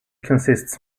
consists